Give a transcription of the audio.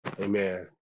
Amen